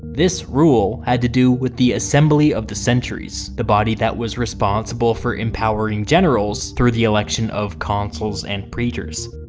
this rule had to do with the assembly of the centuries, the body that was responsible for empowering generals through the election of consuls and praetors.